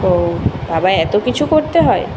ও বাবা এত কিছু করতে হয়